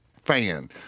fan